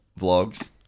vlogs